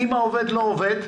אם העובד לא עובד,